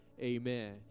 Amen